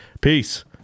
Peace